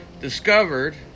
Discovered